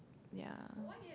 ya